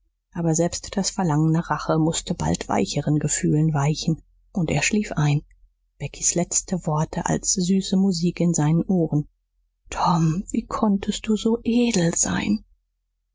aber selbst das verlangen nach rache mußte bald weicheren gefühlen weichen und er schlief ein beckys letzte worte als süße musik in seinen ohren tom wie konntest du so edel sein